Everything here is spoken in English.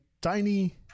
tiny